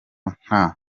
nta